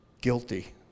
guilty